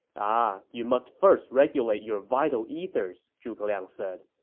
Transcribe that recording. ah you must first regulate your vital ethers, zhuge liang said.